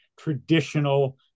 traditional